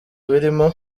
birimo